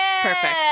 Perfect